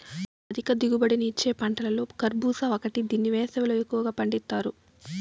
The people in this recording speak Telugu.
అధిక దిగుబడిని ఇచ్చే పంటలలో కర్భూజ ఒకటి దీన్ని వేసవిలో ఎక్కువగా పండిత్తారు